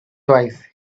twice